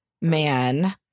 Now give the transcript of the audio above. man